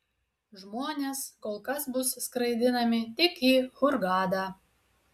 žmonės kol kas bus skraidinami tik į hurgadą